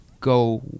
go